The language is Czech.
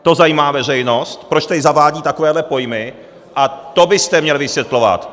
To zajímá veřejnost, proč tady zavádí takovéhle pojmy, a to byste měl vysvětlovat!